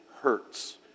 hurts